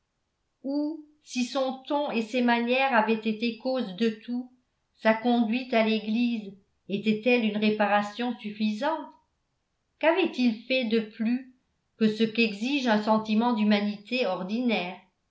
si son ton et ses manières avaient été cause de tout sa conduite à l'église était-elle une réparation suffisante qu'avait-il fait de plus que ce qu'exige un sentiment d'humanité ordinaire